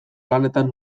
lanetan